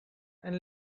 and